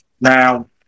Now